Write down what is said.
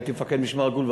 הייתי מפקד משמר הגבול,